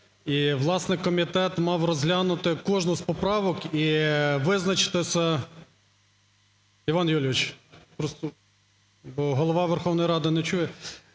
власне, комітет мав розглянути кожну з поправок і визначитись… Іван Юлійович! Просто Голова Верховної Ради не чує.